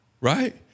Right